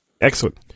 Excellent